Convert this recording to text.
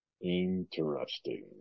Interesting